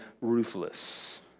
ruthless